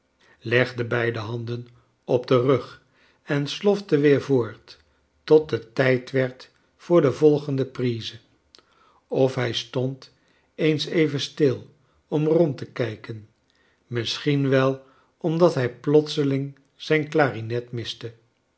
legde beide handen op den rug en slofte weer voort tot het tijd werd voor de vol gen de prise of hij stond eens even stil om rond te kijken misschien wel omdat hij plotseling zijn clarinet miste